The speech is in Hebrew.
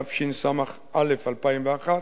התשס"א 2001,